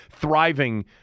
thriving